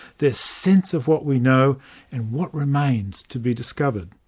their sense of what we know and what remains to be discovered.